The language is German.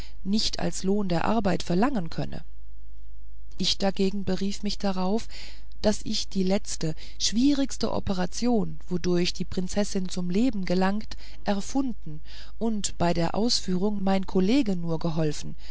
nicht als lohn der arbeit verlangen könne ich dagegen berief mich darauf daß ich die letzte schwierigste operation wodurch die prinzessin zum leben gelangt erfunden und bei der ausführung mein kollege nur geholfen